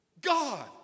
God